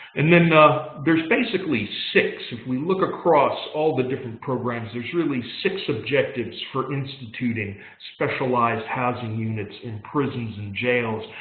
and then there's basically six if we look across all the different programs, there's really six objectives for instituting specialized housing units in prisons and jails.